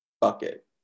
bucket